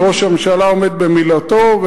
וראש הממשלה עומד במילתו,